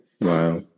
wow